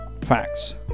Facts